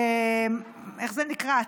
איך זה נקרא,